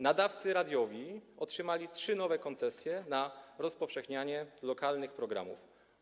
Nadawcy radiowi otrzymali trzy nowe koncesje na rozpowszechnianie lokalnych programów.